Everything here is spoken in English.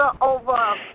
over